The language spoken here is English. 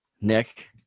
Nick